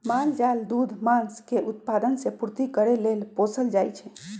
माल जाल दूध, मास के उत्पादन से पूर्ति करे लेल पोसल जाइ छइ